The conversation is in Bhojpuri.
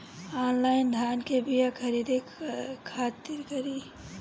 आनलाइन धान के बीया कइसे खरीद करी?